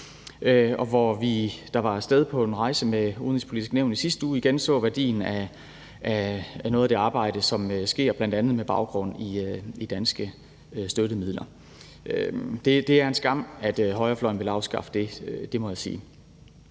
det, og vi, der var af sted på en rejse med Det Udenrigspolitiske Nævn i sidste uge, så igen værdien af noget af det arbejde, som bl.a. sker med baggrund i danske støttemidler. Det er en skam, at højrefløjen vil afskaffe det – det må jeg sige.